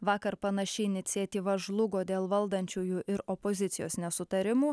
vakar panaši iniciatyva žlugo dėl valdančiųjų ir opozicijos nesutarimų